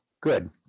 good